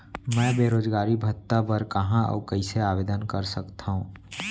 मैं बेरोजगारी भत्ता बर कहाँ अऊ कइसे आवेदन कर सकत हओं?